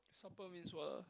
supple means what ah